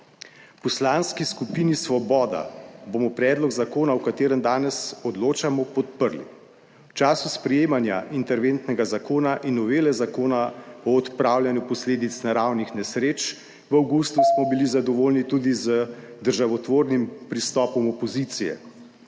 Poslanski skupini Svoboda bomo predlog zakona o katerem danes odločamo podprli. V času sprejemanja interventnega zakona in novele Zakona o odpravljanju posledic naravnih nesreč v avgustu, smo bili zadovoljni tudi z državotvornim pristopom opozicije